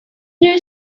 new